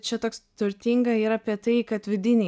čia toks turtinga yra apie tai kad vidiniai